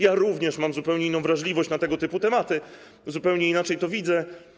Ja również mam zupełnie inną wrażliwość na tego typu tematy, zupełnie inaczej to widzę.